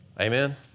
Amen